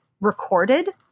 recorded